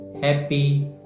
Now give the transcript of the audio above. happy